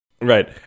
Right